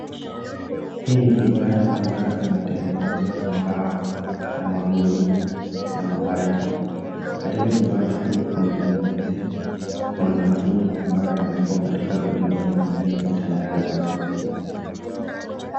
Hii ni kibanda ambayo imetengenezwa na mbao, na magunia, na mabati. Katika kibanda hii kuna nanasi. Kuna mahindi ambayo yamewekwa katika gunia na ingine imetandazwa.